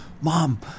mom